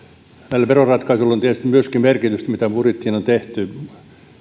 näillä veroratkaisuilla on tietysti myöskin merkitystä mitä budjettiin on tehty siinähän